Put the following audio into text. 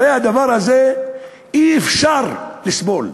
הרי הדבר הזה, אי-אפשר לסבול.